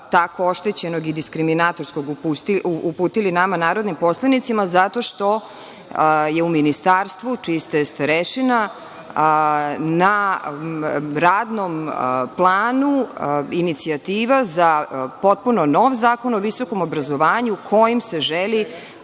tako oštećenog i diskriminatorskog uputili nama, narodnim poslanicima, zato što je u Ministarstvu čiji ste starešina, na radnom planu je inicijativa za potpuno nov zakon o visokom obrazovanju kojim se želi